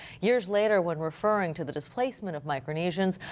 years later, when referring to the displacement of micronesians,